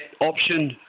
option